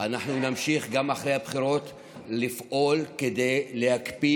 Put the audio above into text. אנחנו נמשיך גם אחרי הבחירות לפעול כדי להקפיא